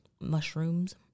Mushrooms